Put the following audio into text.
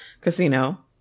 Casino